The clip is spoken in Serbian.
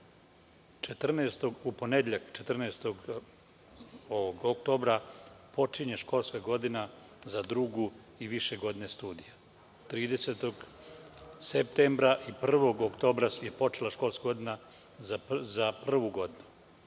U ponedeljak 14. oktobra počinje školska godina za drugu i više godine studija. Dana 30. septembra i 1. oktobra je počela školska godina za prvu godinu.